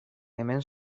hemen